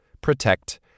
protect